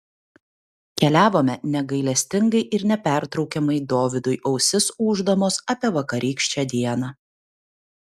keliavome negailestingai ir nepertraukiamai dovydui ausis ūždamos apie vakarykštę dieną